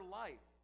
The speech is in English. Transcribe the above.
life